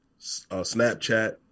Snapchat